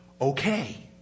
Okay